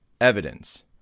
evidence